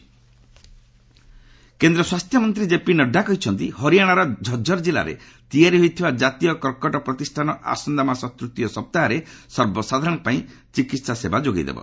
Nadda cancer hospital କେନ୍ଦ୍ର ସ୍ୱାସ୍ଥ୍ୟମନ୍ତ୍ରୀ K P Nadda କହିଛନ୍ତି ହରିୟାଣାର ଝଝର୍ ଜିଲ୍ଲାରେ ତିଆରି ହୋଇଥିବା ଜାତୀୟ କର୍କଟ ପ୍ରତିଷାନ ଆସନ୍ତା ମାସ ତୃତୀୟ ସପ୍ତାହାରେ ସର୍ବସାଧାରଣଙ୍କ ପାଇଁ ଚିକିତ୍ସା ସେବା ଯୋଗାଇ ଦେବ